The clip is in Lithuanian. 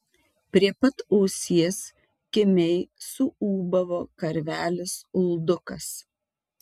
prie pat ausies kimiai suūbavo karvelis uldukas